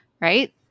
right